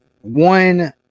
one